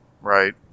Right